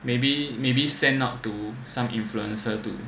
maybe maybe send out to some influencer too